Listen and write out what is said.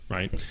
Right